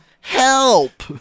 Help